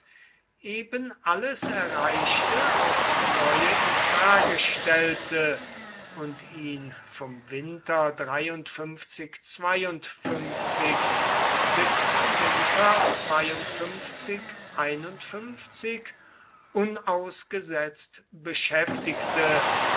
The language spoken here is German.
eben alles erreichte aufs neue in frage stellte und ihn vom winter bis zum winter unausgesetzt beschäftigte